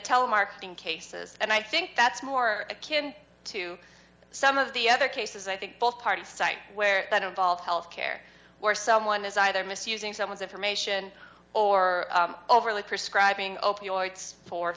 telemarketing cases and i think that's more akin to some of the other cases i think both parties cite where that involves health care where someone is either misusing someone's information or overly prescribing